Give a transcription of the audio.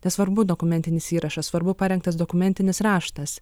nesvarbu dokumentinis įrašas svarbu parengtas dokumentinis raštas